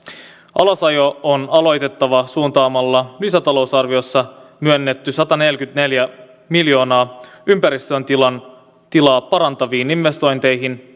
alasajo on aloitettava suuntaamalla lisätalousarviossa myönnetty sataneljäkymmentäneljä miljoonaa ympäristön tilaa parantaviin investointeihin